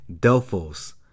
Delphos